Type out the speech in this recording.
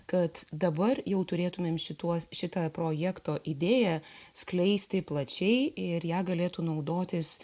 kad dabar jau turėtumėm šituos šitą projekto idėją skleisti plačiai ir ja galėtų naudotis